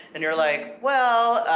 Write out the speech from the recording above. and you're like, well,